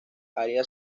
área